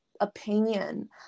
opinion